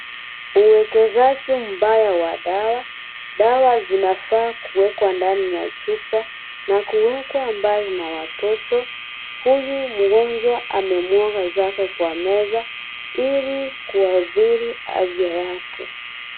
Uwekezaji mbaya wa dawa. Dawa zinafaa kuwekwa ndani ya chupa na kuwekwa mbali na watoto. huyu mgonjwa amemwaga zake kwa meza ili kuadhiri afya yake.